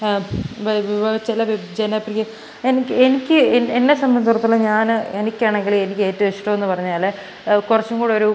വിഭവം ചില ജനപ്രിയ എനിക്ക് എനിക്ക് എന്നെ സംബന്ധിച്ചെടത്തോളം ഞാൻ എനിക്ക് ആണെങ്കില് എനിക്ക് ഏറ്റവും ഇഷ്ട്ടമെന്ന് പറഞ്ഞാൽ കുറച്ചും കൂടെ ഒരു